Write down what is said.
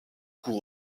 coup